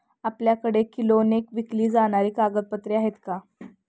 आपल्याकडे किलोने विकली जाणारी कागदपत्रे आहेत का?